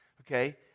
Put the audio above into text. Okay